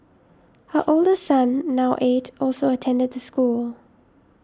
her older son now eight also attended the school